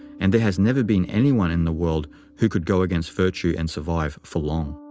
and there has never been anyone in the world who could go against virtue and survive for long.